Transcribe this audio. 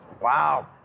Wow